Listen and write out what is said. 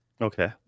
Okay